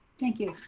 thank you.